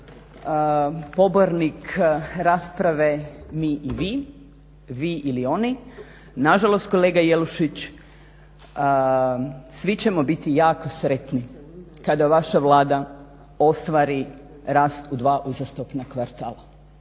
nisam pobornik rasprave mi i vi, vi ili oni, nažalost kolega Jelušić svi ćemo biti jako sretni kada vaša Vlada ostvari rast u dva uzastopna kvartala.